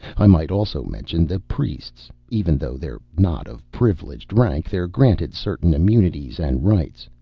i might also mention the priests. even though they're not of privileged rank, they're granted certain immunities and rights.